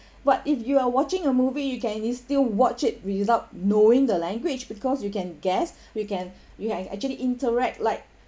but if you are watching a movie you can still watch it without knowing the language because you can guess we can you can act~ actually interact like